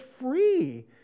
free